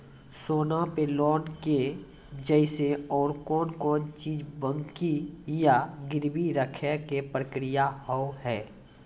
सोना पे लोन के जैसे और कौन कौन चीज बंकी या गिरवी रखे के प्रक्रिया हाव हाय?